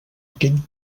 aquell